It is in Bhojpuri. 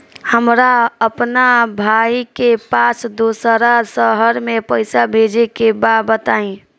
हमरा अपना भाई के पास दोसरा शहर में पइसा भेजे के बा बताई?